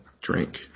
drink